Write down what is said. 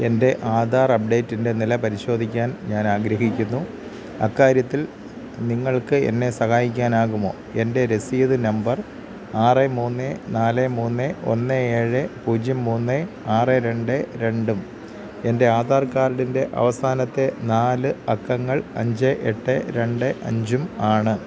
എന്റെ ആധാര് അപ്ഡേറ്റിന്റെ നില പരിശോധിക്കാന് ഞാന് ആഗ്രഹിക്കുന്നു അക്കാര്യത്തില് നിങ്ങള്ക്ക് എന്നെ സഹായിക്കാനാകുമോ എന്റെ രസീത് നമ്പര് ആറ് മൂന്ന് നാല് മൂന്ന് ഒന്ന് ഏഴ് പൂജ്യം മൂന്ന് ആറ് രണ്ട് രണ്ടും എന്റെ ആധാര് കാര്ഡിന്റെ അവസാനത്തെ നാല് അക്കങ്ങള് അഞ്ച് എട്ട് രണ്ട് അഞ്ചും ആണ്